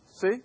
see